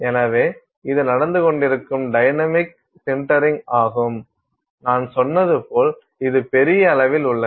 எனவே இது நடந்துகொண்டிருக்கும் டைனமிக் சின்டரிங் ஆகும் நான் சொன்னது போல் இது பெரிய அளவில் உள்ளது